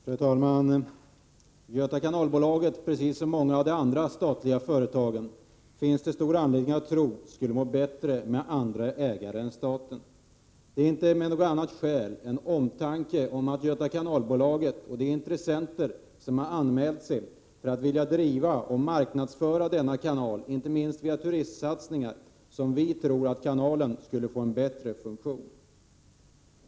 Fru talman! Det finns stor anledning att tro att Göta kanalbolag precis som många av de andra statliga företagen skulle må bättre med andra ägare än staten. Skälet till vårt förslag är inte något annat än omtanke om Göta kanalbolag och de intressenter som har anmält att de vill driva och marknadsföra Göta kanal, inte minst via turistsatsningar. Vi tror att kanalen skulle få en bättre funktion på det sättet.